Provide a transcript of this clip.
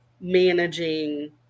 managing